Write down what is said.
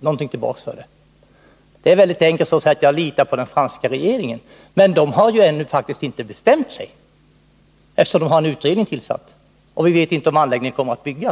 någonting tillbaka för det? Det är väldigt enkelt att som Ingemar Eliasson säga att man litar på den franska regeringen. Men den har ju faktiskt ännu inte bestämt sig, eftersom den har tillsatt en utredning. Vi vet alltså inte om anläggningen kommer att byggas.